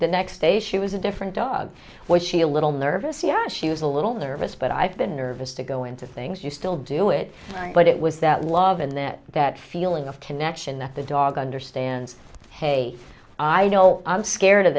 the next day she was a different dog was she a little nervous yeah she was a little nervous but i've been nervous to go into things you still do it right but it was that love and then that feeling of connection that the dog understands hey i don't i'm scared of